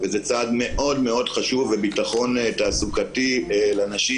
זה צעד מאוד מאוד חשוב וביטחון תעסוקתי לנשים